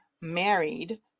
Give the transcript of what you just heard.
married